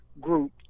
group